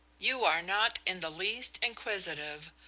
you are not in the least inquisitive,